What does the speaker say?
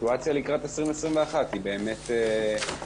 הסיטואציה לקראת 2021 היא באמת כרגע,